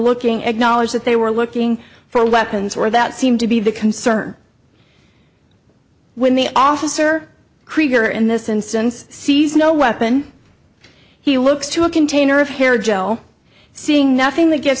looking at knowledge that they were looking for weapons or that seemed to be the concern when the officer krieger in this instance sees no weapon he looks to a container of hair gel seeing nothing that g